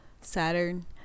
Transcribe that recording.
saturn